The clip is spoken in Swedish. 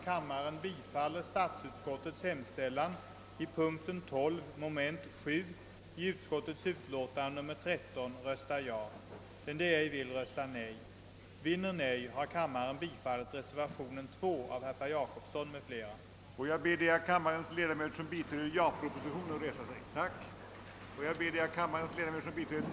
I januari har dessutom tillkallats sakkunniga som fått i uppdrag »att utreda samordningen av viss statlig forskningsverksamhet», som det heter i utlåtandet, och de torde komma att syssla även med dessa problem.